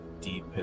deep